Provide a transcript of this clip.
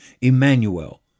Emmanuel